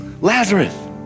Lazarus